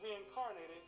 reincarnated